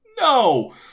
No